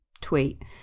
tweet